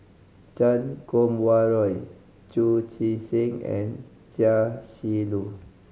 Chan Kum Wah Roy Chu Chee Seng and Chia Shi Lu